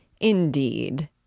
Indeed